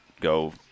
go –